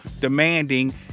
demanding